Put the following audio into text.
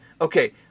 okay